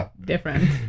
Different